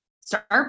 start